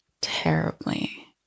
terribly